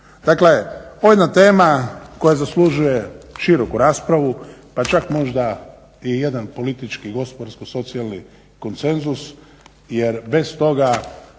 Dakle, ovo je jedna tema koja zaslužuje široku raspravu, pa čak možda i jedan politički, gospodarsko, socijalni konsenzus jer bez toga